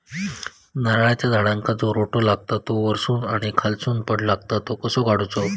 नारळाच्या झाडांका जो रोटो लागता तो वर्सून आणि खालसून पण लागता तो कसो काडूचो?